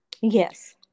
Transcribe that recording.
Yes